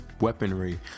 Weaponry